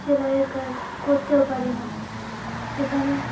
সেলাইয়ের কাজ করতেও পারি না সেখানে